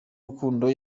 rukundo